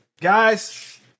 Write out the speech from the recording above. guys